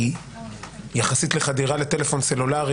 יחסית לחדירה לטלפון סלולרי